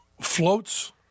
floats